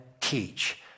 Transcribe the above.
teach